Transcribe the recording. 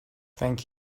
thank